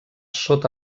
sota